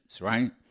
right